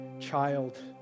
child